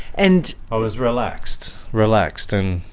and i was relaxed relaxed and,